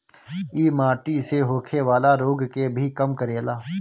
इ माटी से होखेवाला रोग के भी कम करेला